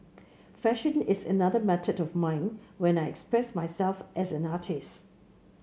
fashion is another method of mine when I express myself as an artist